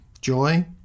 joy